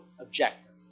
objective